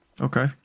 Okay